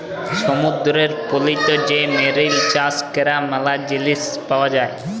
সমুদ্দুরের পলিতে যে মেরিল চাষ ক্যরে ম্যালা জিলিস পাওয়া যায়